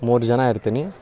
ಮೂರು ಜನ ಇರ್ತೇನೆ